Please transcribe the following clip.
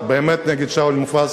באמת אין לי שום דבר נגד שאול מופז.